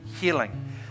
healing